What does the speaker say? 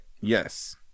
Yes